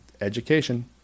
education